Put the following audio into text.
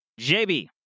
JB